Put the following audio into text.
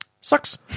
Sucks